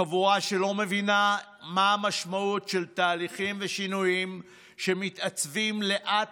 חבורה שלא מבינה מה המשמעות של תהליכים ושינויים שמתעצבים לאט,